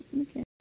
Okay